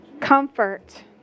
Comfort